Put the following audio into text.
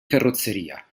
carrozzeria